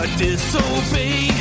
disobey